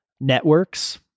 networks